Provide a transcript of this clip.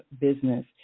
business